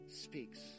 speaks